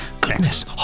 Goodness